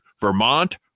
Vermont